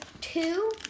two